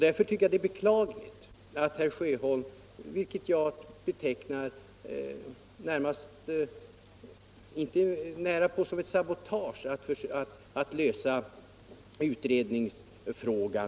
Därför är det beklagligt att herr Sjöholm, som jag ser det, närmast saboterar lösningen av utredningsfrågan.